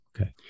Okay